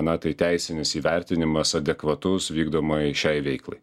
na tai teisinis įvertinimas adekvatus vykdomai šiai veiklai